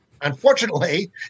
Unfortunately